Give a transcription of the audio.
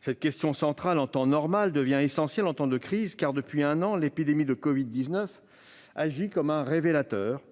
Cette question, centrale en temps normal, devient essentielle en temps de crise. Depuis un an, l'épidémie de covid-19 agit comme un révélateur